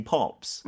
Pops